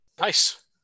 Nice